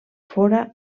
fóra